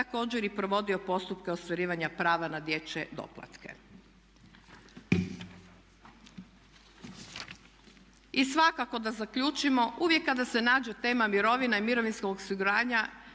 također i provodio postupke ostvarivanja prava na dječje doplatke. I svakako da zaključimo, uvijek kada se nađe tema mirovina i mirovinskog osiguranja